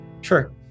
Sure